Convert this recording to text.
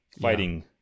fighting